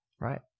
right